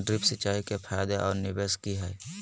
Drip सिंचाई के फायदे और निवेस कि हैय?